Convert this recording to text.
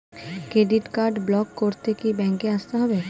Credit card block করতে কি ব্যাংকে আসতে হবে?